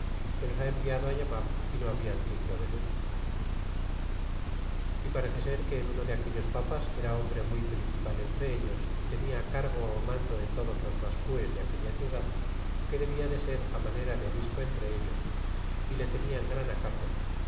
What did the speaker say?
que los ha enviado á llamar y no habian querido venir y parece ser que el uno de aquellos papas era hombre muy principal entre ellos y tenia cargo mando en todos los mas cues de aquella ciudad que debla de ser manera de obispo entre ellos y le tenian gran acato